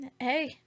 Hey